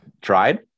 tried